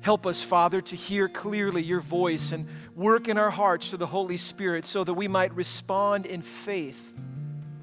help us father, to hear clearly your voice and work in our hearts to the holy spirit, so that we might respond in faith